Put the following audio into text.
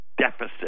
deficit